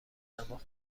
دماغ